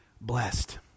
Blessed